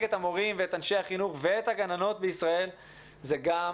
את המורים ואת אנשי החינוך ואת הגננות בישראל זה גם